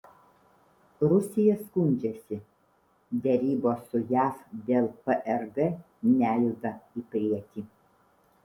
rusija skundžiasi derybos su jav dėl prg nejuda į priekį